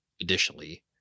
additionally